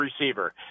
receiver